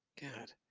God